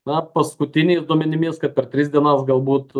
na paskutiniais duomenimis kad per tris dienas galbūt